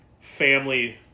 family